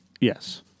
Yes